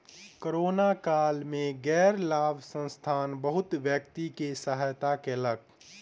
corona काल में गैर लाभ संस्थान बहुत व्यक्ति के सहायता कयलक